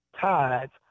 tithes